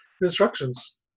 instructions